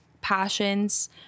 passions